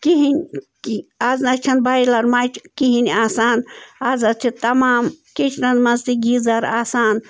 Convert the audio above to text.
کِہیٖنۍ آز نَہ حظ چھَنہٕ بَیلَر مَچہِ کِہیٖنۍ آسان آز حظ چھِ تَمام کِچنَن منٛز تہِ گیٖزَر آسان